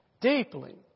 deeply